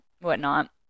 whatnot